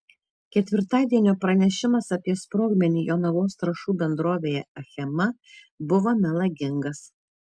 ketvirtadienio pranešimas apie sprogmenį jonavos trąšų bendrovėje achema buvo melagingas